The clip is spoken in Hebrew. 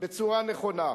בצורה נכונה.